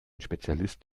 spezialist